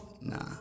Nah